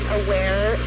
aware